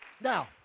Now